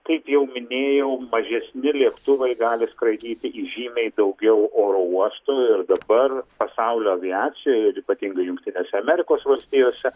kaip jau minėjau mažesni lėktuvai gali skraidyti į žymiai daugiau oro uostų ir dabar pasaulio aviacijoje ir ypatingai jungtinėse amerikos valstijose